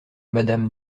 madame